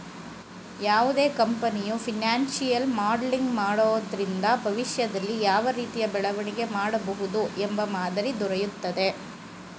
ಯಾವುದೇ ಕಂಪನಿಯು financial modelling ಮಾಡೋದ್ರಿಂದ ಭವಿಷ್ಯದಲ್ಲಿ ಯಾವ ರೀತಿಯ ಬೆಳವಣಿಗೆ ಮಾಡಬಹುದು ಎಂಬ ಮಾದರಿ ದೊರೆಯುತ್ತದೆ